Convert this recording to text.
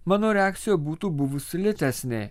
mano reakcija būtų buvusi lėtesnė